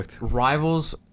rivals